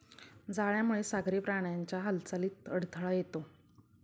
जाळ्यामुळे सागरी प्राण्यांच्या हालचालीत अडथळा येतो